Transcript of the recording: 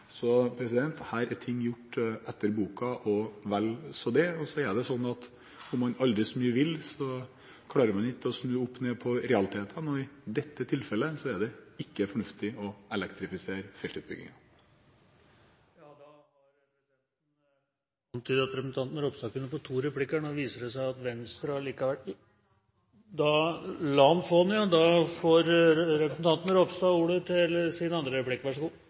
Her er ting gjort etter boka – og vel så det. Det er sånn at om man aldri så mye vil, klarer man ikke å snu opp ned på realitetene. I dette tilfellet er det ikke fornuftig å elektrifisere feltutbyggingen. Presidenten har antydet at representanten Ropstad kunne få to replikker. Nå viser det seg at Venstre allikevel … La ham få den. La ham få den, ja. – Da får representanten Ropstad ordet til sin andre replikk.